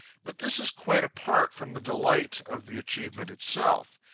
but this is quite apart from the delight of the achievement itself.